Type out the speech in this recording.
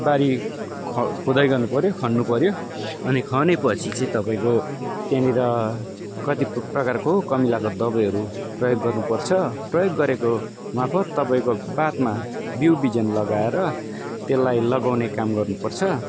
बारी ख खोदाइ गर्नु पर्यो खन्नु पर्यो अनि खने पछि चाहिँ तपाईँको त्यहाँनिर कति प्रकारको कमिलाको दबाईहरू प्रयोग गर्नु पर्छ प्रयोग गरेको मार्फत तपाईँको बादमा बिउ बिजन लगाएर त्यसलाई लगाउने काम गर्नु पर्छ